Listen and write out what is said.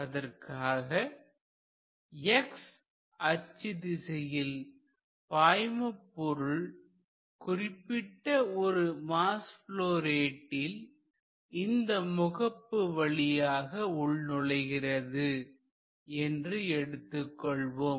அதற்காக x அச்சு திசையில் பாய்மபொருள் குறிப்பிட்ட ஒரு மாஸ் ப்லொ ரேட்டில் இந்த முகப்பு வழியாக உள் நுழைகிறது என்று எடுத்துக்கொள்வோம்